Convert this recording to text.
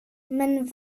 men